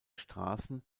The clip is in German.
straßen